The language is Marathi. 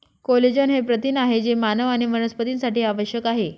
कोलेजन हे प्रथिन आहे जे मानव आणि वनस्पतींसाठी आवश्यक आहे